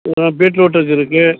ஆ beetroot இருக்குது